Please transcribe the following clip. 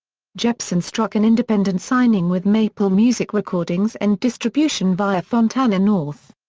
jepsen struck an independent signing with maplemusic recordings and distribution via fontana north.